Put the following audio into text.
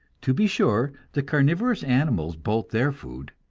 to be sure, the carnivorous animals bolt their food,